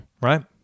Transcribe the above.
Right